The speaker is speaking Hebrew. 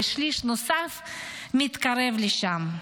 ושליש נוסף מתקרב לשם.